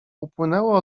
upłynęło